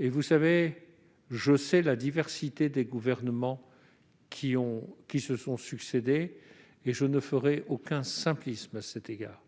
antérieures. Je connais la diversité des gouvernements qui se sont succédé, et je ne ferai aucun simplisme à cet égard.